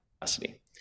capacity